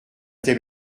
tel